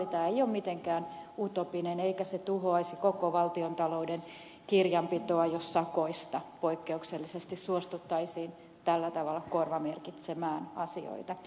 tämä ei ole mitenkään utopistinen eikä tuhoaisi koko valtiontalouden kirjanpitoa jos sakoista poikkeuksellisesti suostuttaisiin tällä tavalla korvamerkitsemään asioita